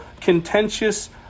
contentious